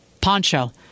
Poncho